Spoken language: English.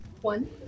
One